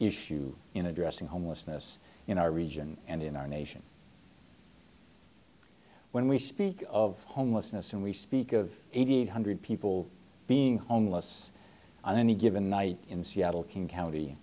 issue in addressing homelessness in our region and in our nation when we speak of homelessness and we speak of eight hundred people being homeless on any given night in seattle king county